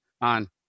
on